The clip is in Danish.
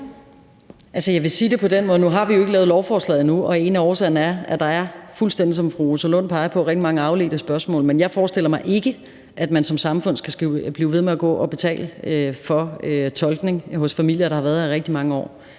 sige det på den måde, at nu har vi jo ikke lavet lovforslaget endnu, og en af årsagerne er, at der, fuldstændig som fru Rosa Lund peger på, er rigtig mange afledte spørgsmål. Men jeg forestiller mig ikke, at man som samfund skal blive ved med at gå og betale for tolkning for familier, der har været her i rigtig mange år.